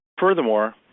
Furthermore